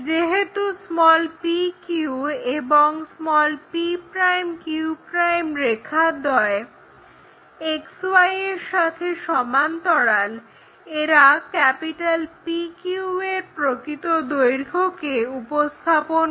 যেহেতু pq এবং p'q' রেখাদ্বয় XY এর সাথে সমান্তরাল এরা PQ এর প্রকৃত দৈর্ঘ্যকে উপস্থাপন করে